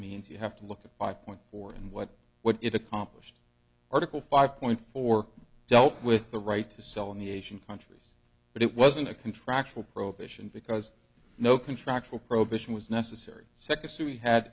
means you have to look at five point four and what what it accomplished article five point four dealt with the right to sell in the asian countries but it wasn't a contractual prohibition because no contractual prohibition was necessary second